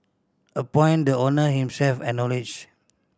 a point the owner himself acknowledge